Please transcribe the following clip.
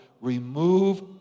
remove